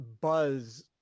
buzz